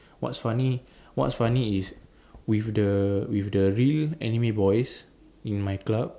what's funny what's funny is with the with the real anime boys in my club